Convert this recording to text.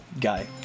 guy